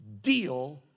deal